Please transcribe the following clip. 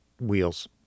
wheels